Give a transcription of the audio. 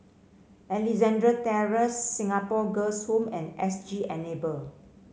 Alexandra Terrace Singapore Girls' Home and S G Enable